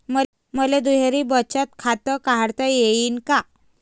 मले दुहेरी बचत खातं काढता येईन का?